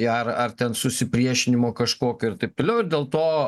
ar ar ten susipriešinimo kažkokio ir taip toliau ir dėl to